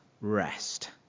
rest